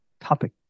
Topic